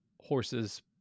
horses